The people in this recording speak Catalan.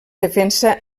defensa